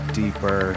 deeper